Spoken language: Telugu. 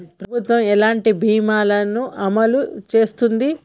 ప్రభుత్వం ఎలాంటి బీమా ల ను అమలు చేస్తుంది?